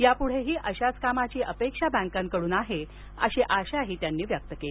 यापुढेही अशाच कामाची अपेक्षा बँकांकडून आहे असा आशावाद त्यांनी व्यक्त केला